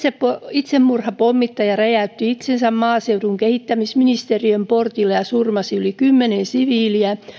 itsemurhapommittaja räjäytti itsensä maaseudun kehittämisministeriön portilla ja surmasi yli kymmenen siviiliä